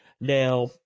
Now